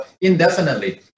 indefinitely